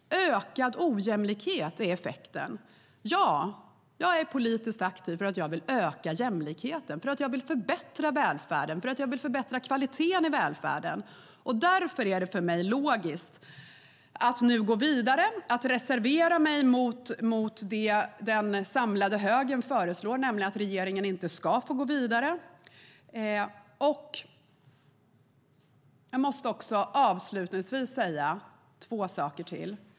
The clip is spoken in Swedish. Det är detta som är effekten. Jag är politiskt aktiv för att jag vill öka jämlikheten, för att jag vill förbättra välfärden och för att jag vill förbättra kvaliteten i välfärden. Därför är det för mig logiskt att nu gå vidare och reservera mig mot det som den samlade högern föreslår, nämligen att regeringen inte ska få gå vidare. Jag måste avslutningsvis säga två saker till.